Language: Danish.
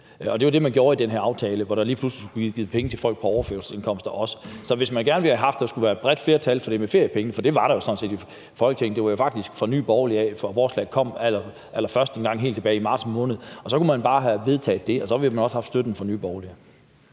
Og det var det, man gjorde i den her aftale, hvor der lige pludselig også skulle gives penge til folk på overførselsindkomster. Så hvis man gerne ville have haft, at der skulle være et bredt flertal for det med feriepenge – for det var der sådan set i Folketinget; det var jo faktisk fra Nye Borgerlige, forslaget kom allerførst helt tilbage i marts måned – så kunne man bare have vedtaget det. Og så ville man også have haft støtte fra Nye Borgerlige.